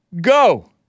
Go